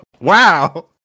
Wow